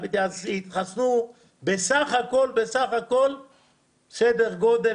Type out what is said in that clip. התחסנו בסך הכול סדר גודל